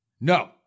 No